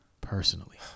personally